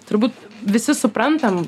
turbūt visi suprantam